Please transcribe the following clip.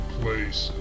place